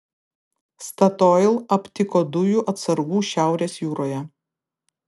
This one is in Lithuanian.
statoil aptiko dujų atsargų šiaurės jūroje